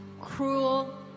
cruel